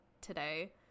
today